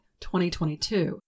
2022